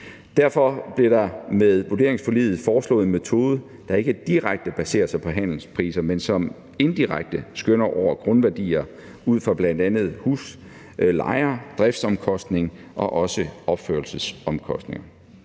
Derfor blev der med vurderingsforliget foreslået en metode, der ikke direkte baserer sig på handelspriser, men som indirekte skønner over grundværdier ud fra bl.a. husleje, driftsomkostning og opførelsesomkostning.